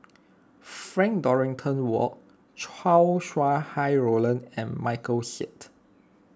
Frank Dorrington Ward Chow Sau Hai Roland and Michael Seet